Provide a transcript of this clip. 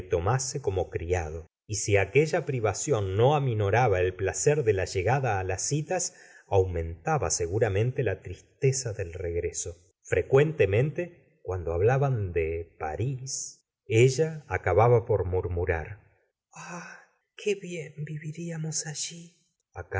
tomase como criado y si aquella privación no aminoraba el placer de la llegada a las citas aumentaba seguramente la tristeza del regreso frecuentemente cuando hablaban de paris ella acababa por murmurar ah qué bien viviríamos alli